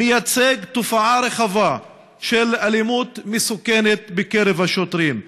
מייצג תופעה רחבה של אלימות מסוכנת בקרב השוטרים,